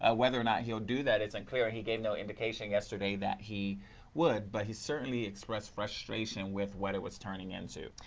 ah whether or not he will do that it's unclear, he gave no indication yesterday that he would but he expressed frustration with what it's turning into.